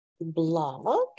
blog